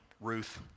Ruth